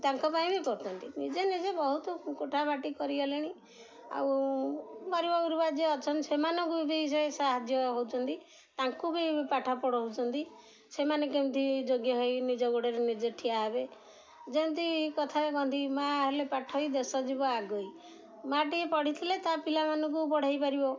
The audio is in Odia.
ତାଙ୍କ ପାଇଁ ବି କରୁଛନ୍ତି ନିଜେ ନିଜେ ବହୁତ କୋଠାବାଟି କରିଗଲେଣି ଆଉ ଗରିବଗୁରୁବା ଯିଏ ଅଛନ୍ତି ସେମାନଙ୍କୁ ବି ସେ ସାହାଯ୍ୟ ହେଉଛନ୍ତି ତାଙ୍କୁ ବି ପାଠ ପଢ଼ଉଛନ୍ତି ସେମାନେ କେମିତି ଯୋଗ୍ୟ ହୋଇ ନିଜ ଗୋଡ଼ରେ ନିଜେ ଠିଆ ହେବେ ଯେମିତି କଥା କହନ୍ତି ମାଆ ହେଲେ ପାଠୋଇ ଦେଶ ଯିବ ଆଗେଇ ମାଆ ଟିକେ ପଢ଼ିଥିଲେ ତା ପିଲାମାନଙ୍କୁ ପଢ଼େଇ ପାରିବ